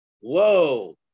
Whoa